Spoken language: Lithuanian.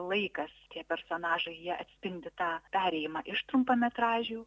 laikas tie personažai jie atspindi tą perėjimą iš trumpametražių